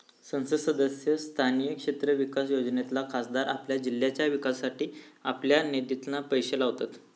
संसद सदस्य स्थानीय क्षेत्र विकास योजनेतना खासदार आपल्या जिल्ह्याच्या विकासासाठी आपल्या निधितना पैशे लावतत